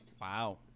Wow